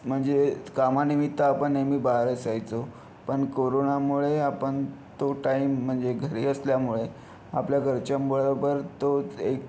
म्हणजे कामानिमित्त आपण नेहमी बाहेर असायचो पण कोरोनामुळे आपण तो टाइम म्हणजे घरी असल्यामुळे आपल्या घरच्यांबरोबर तो एक